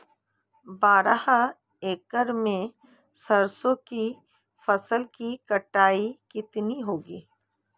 बारह एकड़ में सरसों की फसल की कटाई कितनी होगी?